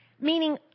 meaning